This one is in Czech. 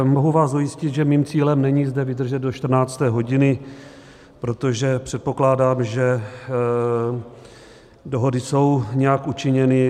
Mohu vás ujistit, že mým cílem není zde vydržet do 14. hodiny, protože předpokládám, že dohody jsou nějak učiněny.